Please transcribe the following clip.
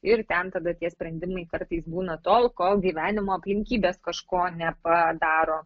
ir ten tada tie sprendimai kartais būna tol kol gyvenimo aplinkybės kažko nepadaro